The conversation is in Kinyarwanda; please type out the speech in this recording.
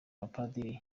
abapadiri